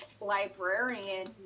librarian